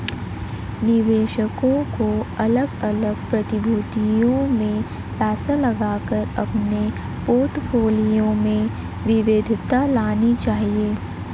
निवेशकों को अलग अलग प्रतिभूतियों में पैसा लगाकर अपने पोर्टफोलियो में विविधता लानी चाहिए